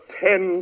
ten